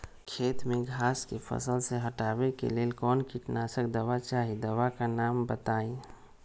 खेत में घास के फसल से हटावे के लेल कौन किटनाशक दवाई चाहि दवा का नाम बताआई?